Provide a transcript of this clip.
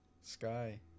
Sky